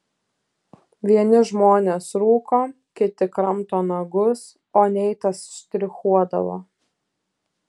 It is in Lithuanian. vieni žmonės rūko kiti kramto nagus o neitas štrichuodavo